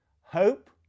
hope